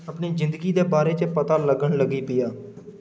अपनी जिंदगी दे बारे च पता लग्गन लगी पेआ